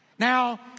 Now